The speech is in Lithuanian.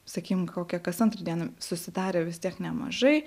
sakykim kokia kas antrą dieną susidarė vis tiek nemažai